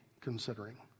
considering